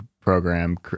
program